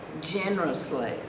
generously